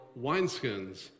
wineskins